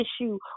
issue